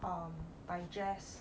um digest